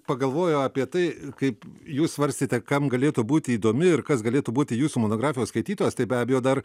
pagalvojau apie tai kaip jūs svarstėte kam galėtų būti įdomi ir kas galėtų būti jūsų monografijos skaitytojas tai be abejo dar